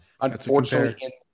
unfortunately